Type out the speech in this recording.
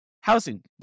housing